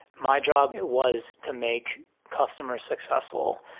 my job was to make customers successful.